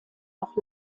noch